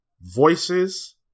voices